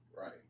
right